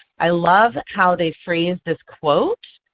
i love how they phrase this quote.